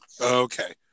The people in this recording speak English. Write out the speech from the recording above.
Okay